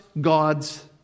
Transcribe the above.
God's